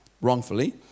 wrongfully